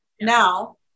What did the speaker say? Now